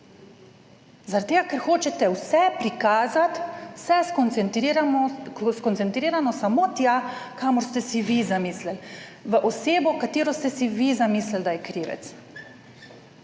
ker hočete vse prikazati, vse skoncentrirano, skoncentrirano samo tja, kamor ste si vi zamislili, v osebo, katero ste si vi zamislili, da je krivec.